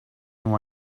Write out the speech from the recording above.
know